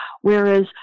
Whereas